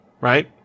right